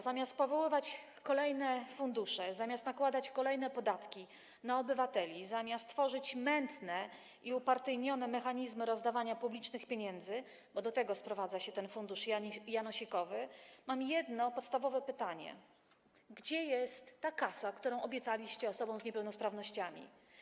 Zamiast powoływać kolejne fundusze, zamiast nakładać kolejne podatki na obywateli, zamiast tworzyć mętne i upartyjnione mechanizmy rozdawania publicznych pieniędzy, bo do tego sprowadza się ten fundusz janosikowy, mam jedno podstawowe pytanie: gdzie jest ta kasa, którą obiecaliście osobom z niepełnosprawnościami?